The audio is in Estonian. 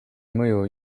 mõju